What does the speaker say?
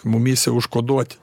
mumyse užkoduoti